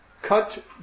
Cut